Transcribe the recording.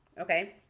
Okay